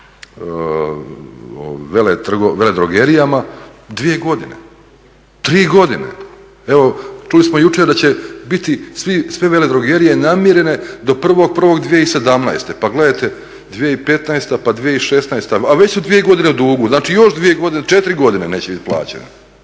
veledrogerijama dvije godine, tri godine. Evo čuli smo jučer da će biti sve veledrogerije namirene do 1.1.2017. Pa gledajte 2015., pa 2016., a već su dvije godine u dugu. Znači, još dvije godine, četiri godine neće bit plaćeni.